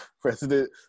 President